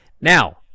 Now